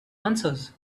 answers